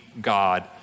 God